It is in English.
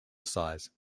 size